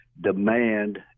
demand